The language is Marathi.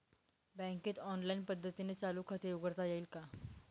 बँकेत ऑनलाईन पद्धतीने चालू खाते उघडता येईल का?